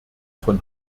von